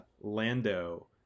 Lando